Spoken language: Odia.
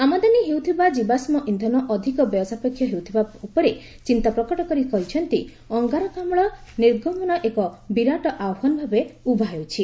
ଆମାଦନୀ ହେଉଥିବା ଜୀବାଶ୍ମ ଇନ୍ଧନ ଅଧିକ ବ୍ୟୟ ସାପେକ୍ଷ ହେଉଥିବା ଉପରେ ଚିନ୍ତାପ୍ରକଟ କରି କହିଛନ୍ତି ଅଙ୍ଗାରକାମ୍କ ନିର୍ଗମନ ଏକ ବିରାଟ ଆହ୍ପାନ ଭାବେ ଉଭା ହେଇଛି